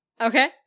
okay